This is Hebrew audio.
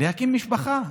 להקים משפחה.